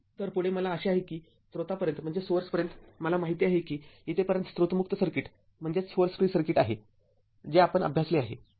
तरपुढे मला आशा आहे की स्त्रोतापर्यंत मला माहित आहे की इथेपर्यंत स्रोत मुक्त सर्किट आहे जे आपण अभ्यासले आहे